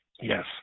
Yes